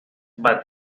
bat